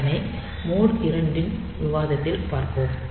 அதனை மோட் 2 இன் விவாதத்தில் பார்ப்போம்